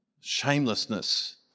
shamelessness